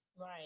Right